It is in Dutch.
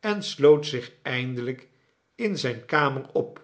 en sloot zich eindelijk in zijne kamer op